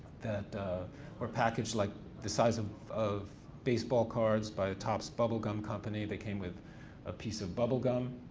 that were packaged like the size of of baseball cards by topps bubblegum company. they came with a piece of bubblegum,